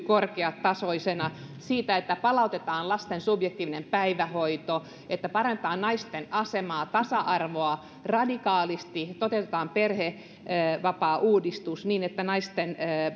korkeatasoisina että palautetaan lasten subjektiivinen päivähoito että parannetaan naisten asemaa ja tasa arvoa radikaalisti ja toteutetaan perhevapaauudistus niin että naisten